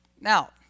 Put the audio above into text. Now